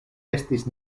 estis